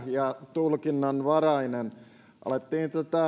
ja tulkinnanvarainen alettiin tätä